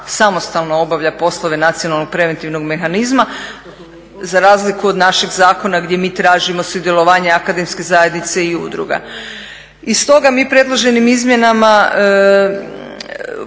samostalno obavlja poslove nacionalnog preventivnog mehanizma za razliku od našeg zakona gdje mi tražimo sudjelovanje akademske zajednice i udruga. I stoga mi predloženim izmjenama